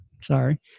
sorry